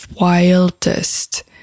wildest